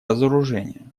разоружение